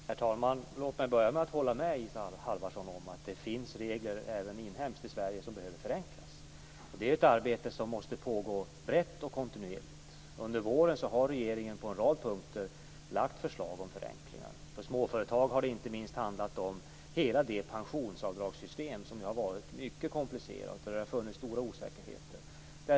Herr talman! Låt mig börja med att hålla med Isa Halvarsson om att det även i Sverige finns regler som behöver förenklas. Det är ett arbete som måste pågå brett och kontinuerligt. Under våren har regeringen på en rad punkter lagt fram förslag om förenklingar. För småföretagens del har det inte minst handlat om hela det pensionsavdragssystem som har varit mycket komplicerat och i vilket det har funnits stora osäkerheter.